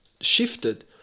shifted